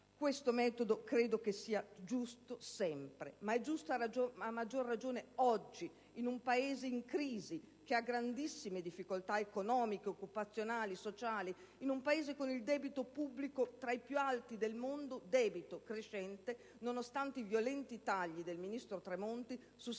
Questo metodo credo che sia giusto sempre, ma è giusto a maggior ragione oggi in un Paese in crisi, che ha grandissime difficoltà economiche, occupazionali e sociali, in un Paese con il debito pubblico tra i più alti del mondo che cresce nonostante i violenti tagli del ministro Tremonti su settori